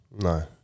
No